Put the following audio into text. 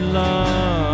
love